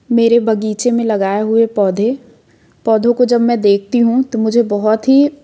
मेरे बगीचे में लगाया हुए पौधे पौधों का जब मैं देखती हूँ तो मुझे बहुत ही